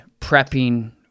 prepping